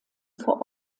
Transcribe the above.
vor